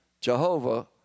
Jehovah